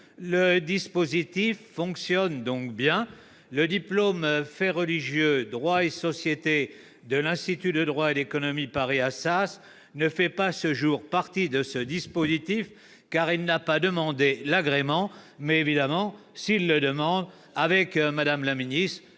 Le dispositif fonctionne donc bien. Le diplôme « Faits religieux, droit et société » de l'Institut de droit et d'économie de Paris-II Assas ne fait pas, à ce jour, partie de ce dispositif, car il n'a pas été demandé d'agrément. Évidemment, si cette demande avait lieu,